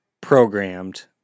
programmed